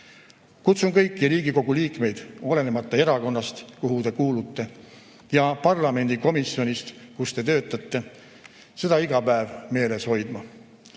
Kutsun kõiki Riigikogu liikmeid, olenemata erakonnast, kuhu te kuulute, ja parlamendikomisjonist, kus te töötate, seda iga päev meeles hoidma.